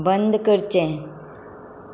बंद करचें